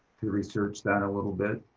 research that a little bit